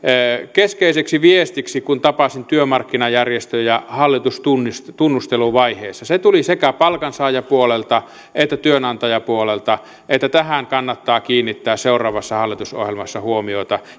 keskeiseksi viestiksi kun tapasin työmarkkinajärjestöjä hallitustunnusteluvaiheessa se tuli sekä palkansaajapuolelta että työnantajapuolelta että tähän kannattaa kiinnittää seuraavassa hallitusohjelmassa huomiota